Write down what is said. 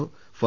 O ഫാ